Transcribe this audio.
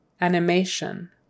Animation